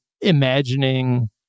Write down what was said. imagining